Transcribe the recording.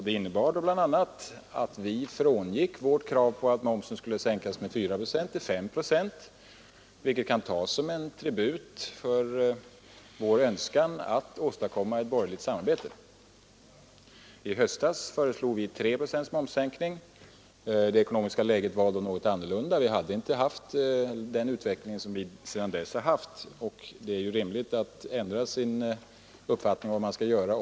Det innebar bl.a. att vi frångick vårt krav på att momsen skulle sänkas med 4 procent, vilket kan tas som en tribut till vår önskan att åstadkomma ett borgerligt samarbete. I höstas föreslog vi 3 procent momssänkning. Det ekonomiska läget var då något annorlunda. Vi hade inte haft den utveckling som nu har skett. Det är rimligt att, när läget ändras, ändra sin uppfattning om vad som skall göras.